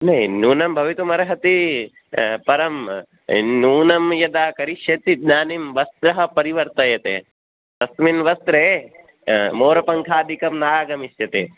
नै न्यूनं भवितुमर्हति परं नूनं यदा करिष्यति तदानीं वस्त्रं परिवर्तयते अस्मिन् वस्त्रे मोरपङ्खादिकं नागमिष्यति